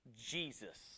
Jesus